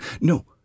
No